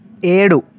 ఏడు